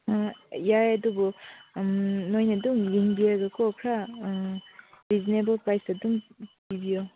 ꯑꯥ ꯌꯥꯏ ꯑꯗꯨꯕꯨ ꯅꯣꯏꯅ ꯑꯗꯨꯝ ꯌꯦꯡꯕꯤꯔꯒꯀꯣ ꯈꯔ ꯔꯤꯖꯅꯦꯕꯜ ꯄ꯭ꯔꯥꯏꯖꯇ ꯑꯗꯨꯝ ꯄꯤꯕꯤꯌꯣ